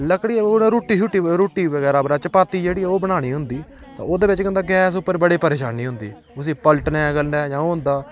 लकड़ी हून रुट्टी रुट्टी बगैरा बनाचै चपाती जेह्ड़ी ओह् बनानी होंदी ते ओह्दे बिच्च केह् होंदा गैस उप्पर बड़ी परेशानी होंदी उसी पलटने कन्नै जां ओह् होंदा